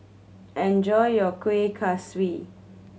enjoy your Kuih Kaswi